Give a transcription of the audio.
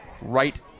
right